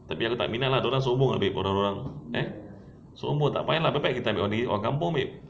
tapi aku tak minat lah dia orang sombong ah babe orang-orang eh semua tak payah lah lebih baik kita ambil orang kampung babe